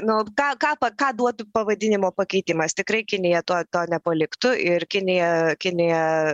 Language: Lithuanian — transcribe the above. nu ką ką ką duotų pavadinimo pakeitimas tikrai kinija to to nepaliktų ir kinija kinija